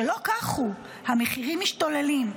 שלא כך הוא, המחירים משתוללים.